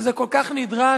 שזה כל כך נדרש,